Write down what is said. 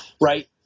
right